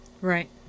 Right